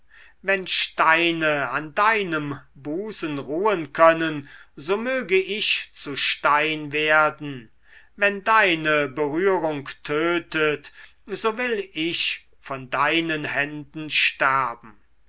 wenn steine an deinem busen ruhen können so möge ich zu stein werden wenn deine berührung tötet so will ich von deinen händen sterben